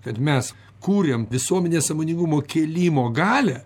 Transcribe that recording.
kad mes kuriam visuomenės sąmoningumo kėlimo galią